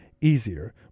easier